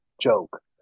joke